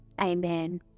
amen